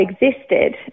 existed